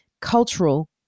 cultural